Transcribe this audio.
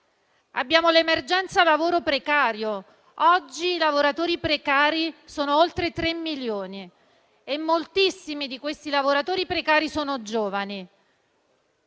Abbiamo l'emergenza lavoro precario: oggi i lavoratori precari sono oltre 3 milioni e moltissimi di questi sono giovani.